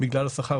בגלל השכר,